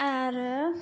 आरो